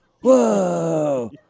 Whoa